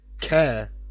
care